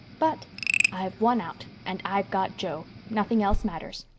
but i've won out and i've got jo. nothing else matters.